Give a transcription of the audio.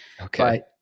Okay